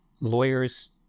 lawyers